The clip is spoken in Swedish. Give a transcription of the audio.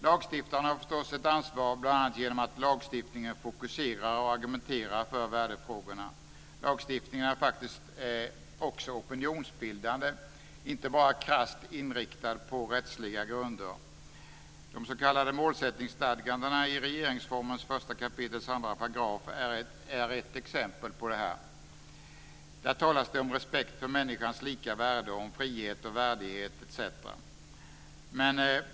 Lagstiftaren har förstås ett ansvar bl.a. genom att lagstiftningen fokuserar och argumenterar för värdefrågorna. Lagstiftningen är faktiskt också opinionsbildande, och inte bara krasst inriktad på rättsliga grunder. De s.k. målsättningsstadgandena i regeringsformens 1 kap. 2 § är ett exempel på detta. Där talas det om respekt för människans lika värde och om frihet och värdighet, etc.